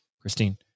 Christine